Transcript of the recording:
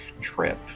trip